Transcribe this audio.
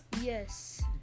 Yes